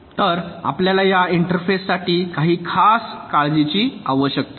तर आपल्याला या इंटरफेससाठी काही खास काळजीची आवश्यकता आहे